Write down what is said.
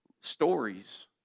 stories